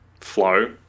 flow